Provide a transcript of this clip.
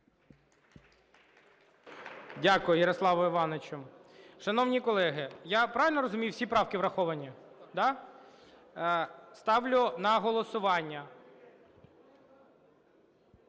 Дякую, Ярославе Івановичу. Шановні колеги, я правильно розумію, всі правки враховані? Да? Ставлю на голосування…